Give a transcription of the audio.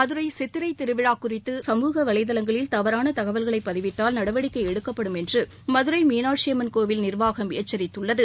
மதுரை சித்திரை திருவிழா குறித்து சமூக வலைதளங்களில் தவறான தகவல்களை பதிவிட்டால் நடடிக்கை எடுக்கப்படும் என்று மதுரை மீனாட்சியம்மன் கோவில் நிர்வாகம் எச்சரித்துள்ளது